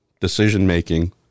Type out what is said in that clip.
decision-making